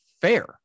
fair